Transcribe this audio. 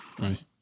Right